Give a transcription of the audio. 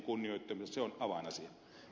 se on avainasia